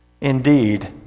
indeed